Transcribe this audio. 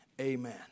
Amen